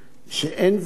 שלא רצוי